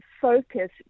focus